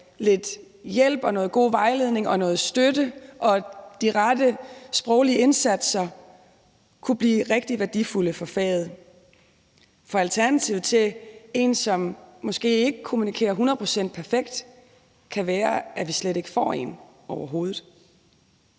lidt hjælp, noget god vejledning, noget støtte og de rette sproglige indsatser kunne blive rigtig værdifulde for faget. For alternativet til en, som måske ikke kommunikerer hundrede procent perfekt, kan være, at vi slet ikke får en, overhovedet.